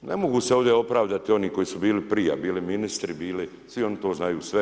Ne mogu se ovdje opravdati oni koji su bili prije, bili ministri, bili, svi oni to znaju sve.